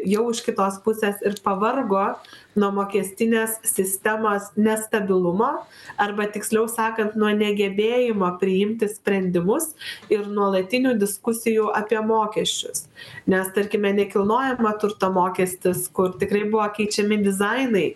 jau iš kitos pusės ir pavargo nuo mokestinės sistemos nestabilumo arba tiksliau sakant nuo negebėjimo priimti sprendimus ir nuolatinių diskusijų apie mokesčius nes tarkime nekilnojamo turto mokestis kur tikrai buvo keičiami dizainai